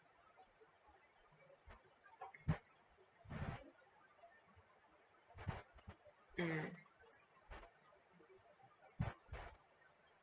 mm